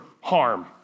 harm